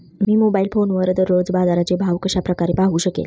मी mobile फोनवर दररोजचे बाजाराचे भाव कशा प्रकारे पाहू शकेल?